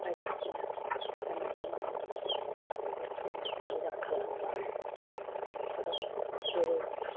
बायदिसिना गाननाय जोमनायनि थाखायबो जों मोजां खालामलाङो न'खराव जेरै